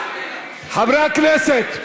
חברי הכנסת.